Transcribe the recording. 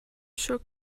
شکر